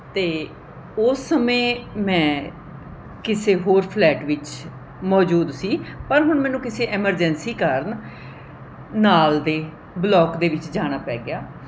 ਅਤੇ ਉਸ ਸਮੇਂ ਮੈਂ ਕਿਸੇ ਹੋਰ ਫਲੈਟ ਵਿੱਚ ਮੌਜੂਦ ਸੀ ਪਰ ਹੁਣ ਮੈਨੂੰ ਕਿਸੇ ਐਮਰਜੈਂਸੀ ਕਾਰਨ ਨਾਲ ਦੇ ਬਲੋਕ ਦੇ ਵਿੱਚ ਜਾਣਾ ਪੈ ਗਿਆ